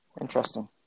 Interesting